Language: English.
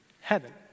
heaven